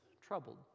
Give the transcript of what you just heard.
troubled